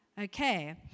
Okay